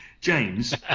James